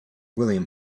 william